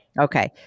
Okay